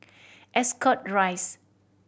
Ascot Rise